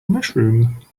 mushroom